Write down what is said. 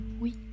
oui